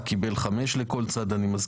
קודם כל אני רוצה לומר ככה,